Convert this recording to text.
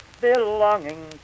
belonging